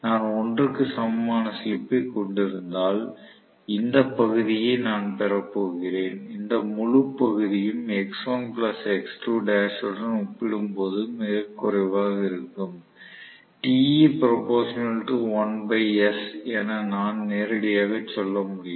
நான் 1 க்கு சமமான ஸ்லிப் ஐ கொண்டிருந்தால் இந்த பகுதியை நான் பெறப் போகிறேன் இந்த முழு பகுதியும் உடன் ஒப்பிடும்போது மிகக் குறைவாக இருக்கும் என நான் நேரடியாக சொல்ல முடியும்